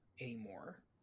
anymore